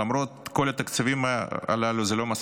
למרות כל התקציבים הללו, זה לא מספיק.